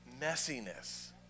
messiness